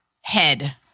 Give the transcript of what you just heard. head